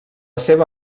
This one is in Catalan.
seva